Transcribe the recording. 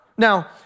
Now